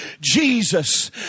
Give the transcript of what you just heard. Jesus